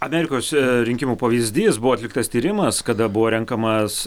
amerikos rinkimų pavyzdys buvo atliktas tyrimas kada buvo renkamas